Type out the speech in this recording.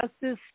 Justice